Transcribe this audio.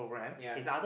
ya